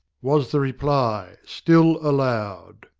was the reply, still aloud.